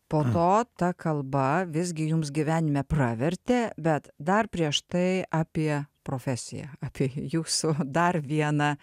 po to ta kalba visgi jums gyvenime pravertė bet dar prieš tai apie profesiją apie jūsų dar vieną